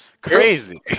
Crazy